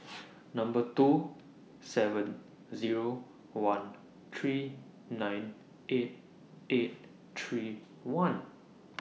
two seven zeroone three nine eight eight three one